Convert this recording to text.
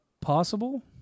possible